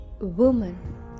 woman